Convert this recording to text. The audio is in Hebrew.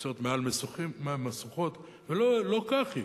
ריצות מעל משוכות, ולא כך היא.